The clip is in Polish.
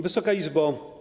Wysoka Izbo!